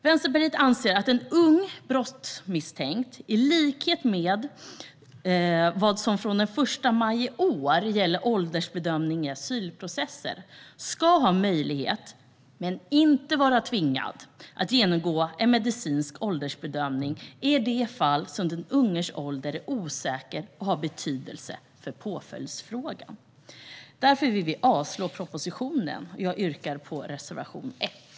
Vänsterpartiet anser att en ung brottsmisstänkt - i likhet med vad som från den 1 maj i år gäller för åldersbedömning i asylprocessen - ska ha möjlighet men inte vara tvingad att genomgå medicinsk åldersbedömning i de fall där den unges ålder är osäker och har betydelse för påföljdsfrågan. Därför yrkar vi avslag på propositionen. Jag yrkar bifall till reservation 1.